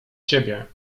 ciebie